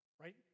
Right